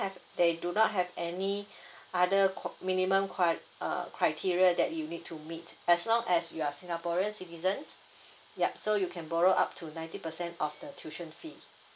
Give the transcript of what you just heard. have they do not have any other called minimum cri uh criteria that you need to meet as long as you are singaporeans citizen yup so you can borrow up to ninety percent of the tuition fees